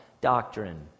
doctrine